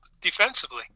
defensively